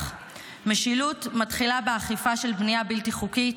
משילות מתחילה באכיפה של בנייה בלתי חוקית,